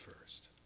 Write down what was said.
first